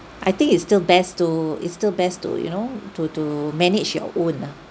I think it's still best to it's still best to you know to to manage your own lah